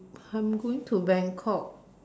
I'm going to Bangkok